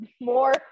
more